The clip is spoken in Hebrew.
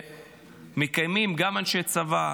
שמקיימים גם אנשי צבא,